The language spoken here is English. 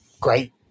great